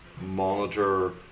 monitor